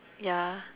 ya